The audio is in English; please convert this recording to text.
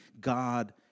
God